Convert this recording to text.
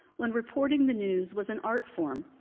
when reporting the news was an art form,